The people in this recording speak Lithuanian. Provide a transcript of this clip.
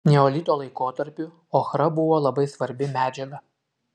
neolito laikotarpiu ochra buvo labai svarbi medžiaga